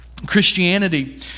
Christianity